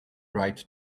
right